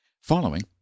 Following